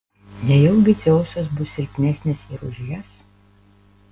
nejaugi dzeusas bus silpnesnis ir už jas